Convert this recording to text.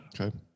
Okay